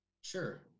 Sure